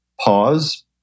pause